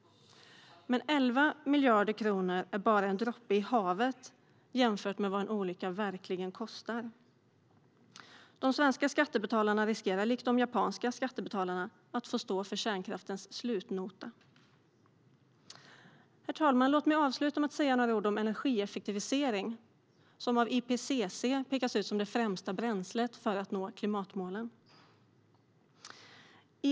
Men 11 miljarder kronor är bara en droppe i havet jämfört med vad en olycka verkligen kostar. De svenska skattebetalarna riskerar att liksom de japanska skattebetalarna få stå för kärnkraftens slutnota. Herr ålderspresident! Låt mig avsluta med att säga några ord om energieffektivisering, vilket av IPCC pekas ut som det främsta bränslet för att nå klimatmålen.